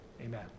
Amen